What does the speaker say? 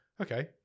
Okay